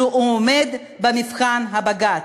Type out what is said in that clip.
הוא עומד במבחן בג"ץ.